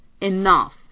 enough